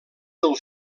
del